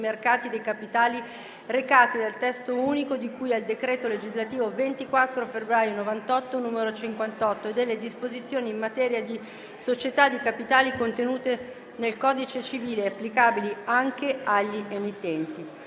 dei capitali recate dal testo unico di cui al decreto legislativo 24 febbraio 1998, n. 58, e delle disposizioni in materia di società di capitali contenute nel codice civile applicabili anche agli emittenti)*